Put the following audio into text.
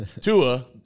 Tua